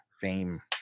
fame